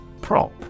Prop